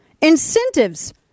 Incentives